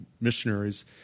Missionaries